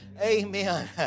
amen